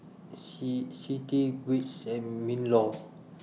C C T WITS and MINLAW